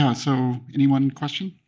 um so anyone, question?